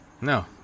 No